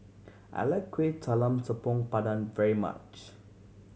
I like Kueh Talam Tepong Pandan very much